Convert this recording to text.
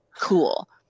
cool